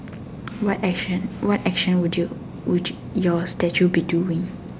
what action what action would you would your statue be doing